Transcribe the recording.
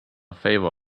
favor